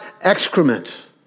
excrement